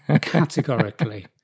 categorically